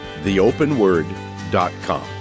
theopenword.com